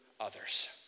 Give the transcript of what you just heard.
others